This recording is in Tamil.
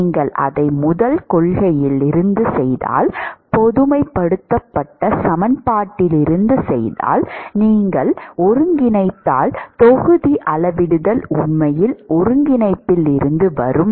நீங்கள் அதை முதல் கொள்கையில் இருந்து செய்தால் பொதுமைப்படுத்தப்பட்ட சமன்பாட்டிலிருந்து செய்தால் நீங்கள் ஒருங்கிணைத்தால் தொகுதி அளவிடுதல் உண்மையில் ஒருங்கிணைப்பில் இருந்து வரும்